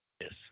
yes